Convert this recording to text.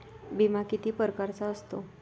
बिमा किती परकारचा असतो?